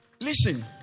Listen